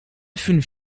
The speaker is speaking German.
fünf